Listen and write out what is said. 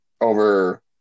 over